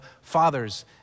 fathers